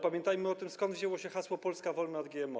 Pamiętajmy o tym, skąd wzięło się hasło: Polska wolna od GMO.